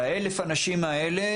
ו-1,000 האנשים האלה,